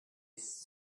its